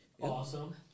Awesome